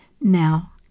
Now